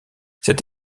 cette